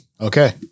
Okay